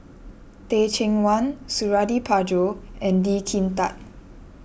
Teh Cheang Wan Suradi Parjo and Lee Kin Tat